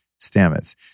Stamets